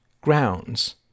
grounds